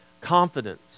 confidence